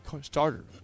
starter